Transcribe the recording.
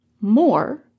more